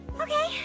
Okay